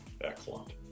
Excellent